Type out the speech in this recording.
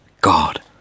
God